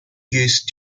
used